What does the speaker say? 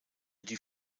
die